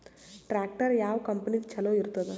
Tractor ಯಾವ ಕಂಪನಿದು ಚಲೋ ಇರತದ?